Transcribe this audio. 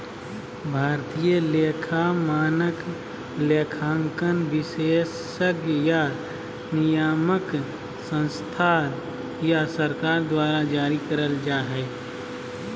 भारतीय लेखा मानक, लेखांकन विशेषज्ञ या नियामक संस्था या सरकार द्वारा जारी करल जा हय